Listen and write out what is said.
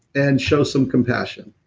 and show some compassion